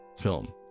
film